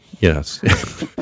yes